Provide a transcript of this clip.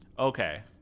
Okay